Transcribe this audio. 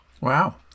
Wow